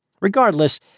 Regardless